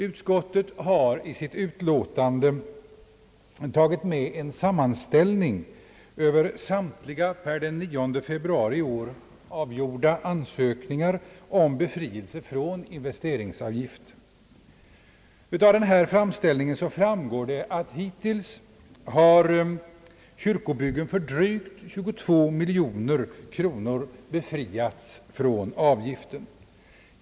Utskottet har i sitt utlåtande tagit med en sammanställning över samtliga per den 9 februari i år avgjorda ansökningar om befrielse från investeringsavgift. Denna framställning visar att hittills kyrkobyggen för drygt 22 miljoner kronor har befriats från avgiften.